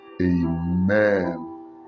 Amen